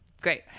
Great